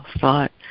thought